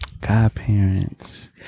Godparents